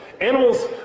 Animals